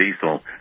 diesel